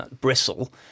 bristle